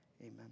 amen